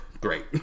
Great